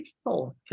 people